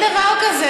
אין דבר כזה.